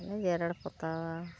ᱤᱱᱟᱹ ᱡᱮᱨᱮᱲ ᱯᱚᱛᱟᱣᱟ